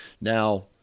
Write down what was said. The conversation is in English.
Now